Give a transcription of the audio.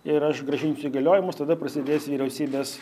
ir aš grąžinsiu įgaliojimus tada prasidės vyriausybės